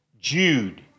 Jude